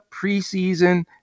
preseason